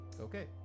Okay